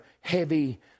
heavy